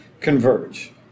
converge